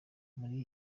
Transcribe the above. muri